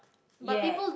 ya